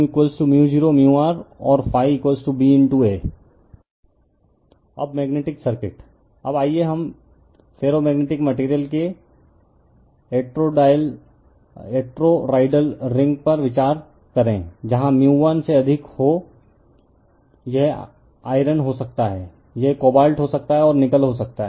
refer slide time 0823 अब magnetic circuit अब आइए हम फेरोमैग्नेटिक मटेरियल के एटोरॉयडल रिंग पर विचार करें जहां μ 1 से अधिक हो यह आयरन हो सकता है यह कोबाल्ट और निकल आदि हो सकता है